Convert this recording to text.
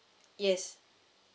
yes